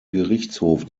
gerichtshof